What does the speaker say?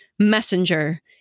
messenger